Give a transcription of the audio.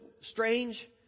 strange